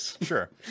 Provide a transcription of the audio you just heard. sure